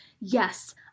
yes